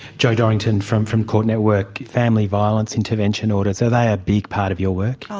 jo dorrington from from court network, family violence intervention orders, are they a big part of your work?